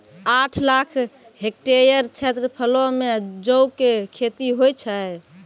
आठ लाख हेक्टेयर क्षेत्रफलो मे जौ के खेती होय छै